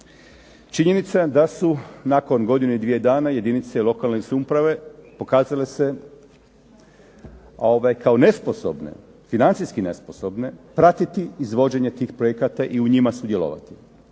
činjenica da su nakon godinu i dvije dana jedinice lokalne samouprave pokazale se kao nesposobne, financijski nesposobne pratiti izvođenje tih projekata i u njima sudjelovati.